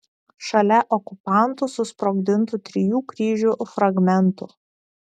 šalia okupantų susprogdintų trijų kryžių fragmentų